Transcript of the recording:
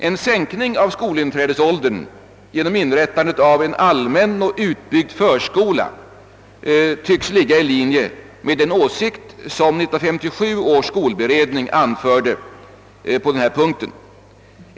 En sänkning av skolinträdesåldern genom inrättandet av en allmän och utbyggd förskola tycks ligga i linje med den åsikt som 1957 års skolberedning anförde på denna punkt.